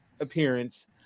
appearance